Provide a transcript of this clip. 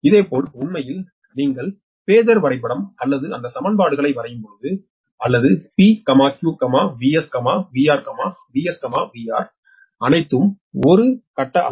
இதேபோல் உண்மையில் நீங்கள் பேஸர் வரைபடம் அல்லது அந்த சமன்பாடுகளை வரையும்போது அல்லது P QVS VR VS VR அனைத்தும் ஒரு கட்ட அளவு